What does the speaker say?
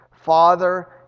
Father